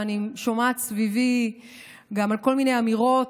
ואני גם שומעת סביבי כל מיני אמירות,